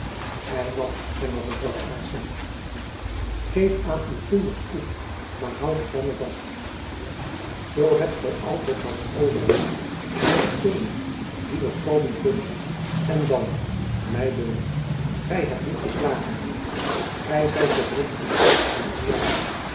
ei wat hernam mevrouw aarssen geef aen uw kinders koeck maer houdt de panne vast zoo hebt gy altijd wat overig voor degene die nog komen kunnen en dan my dunkt gy hebt niet te klagen neef gy zijt toch nog in de kracht van uw jaren